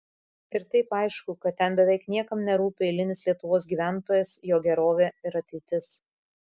ir taip aišku kad ten beveik niekam nerūpi eilinis lietuvos gyventojas jo gerovė ir ateitis